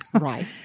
Right